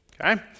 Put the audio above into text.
okay